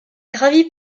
gravit